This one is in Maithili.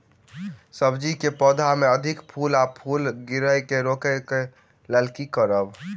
सब्जी कऽ पौधा मे अधिक फूल आ फूल गिरय केँ रोकय कऽ लेल की करब?